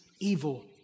evil